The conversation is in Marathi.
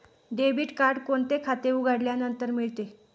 डेबिट कार्ड कोणते खाते उघडल्यानंतर मिळते?